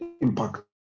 impact